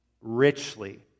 richly